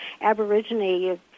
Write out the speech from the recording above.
aborigine